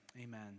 Amen